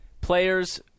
players